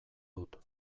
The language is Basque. dut